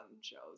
shows